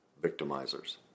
victimizers